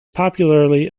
popularly